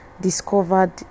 discovered